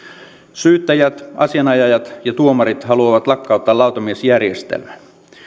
syyttäjät asianajajat ja tuomarit haluavat lakkauttaa lautamiesjärjestelmän